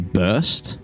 burst